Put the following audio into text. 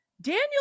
Daniel